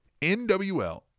nwl